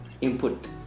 input